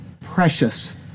precious